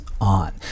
on